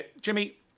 Jimmy